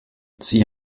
sie